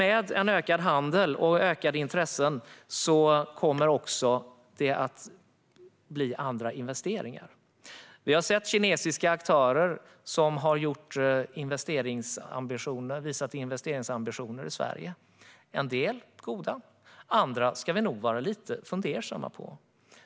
Med en ökad handel och ett ökat intresse blir det också andra investeringar. Vi har sett kinesiska aktörer som har visat investeringsambitioner i Sverige. En del har varit goda. Andra ska vi nog vara lite fundersamma över.